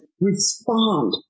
respond